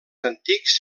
antics